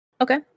okay